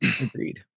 Agreed